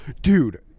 Dude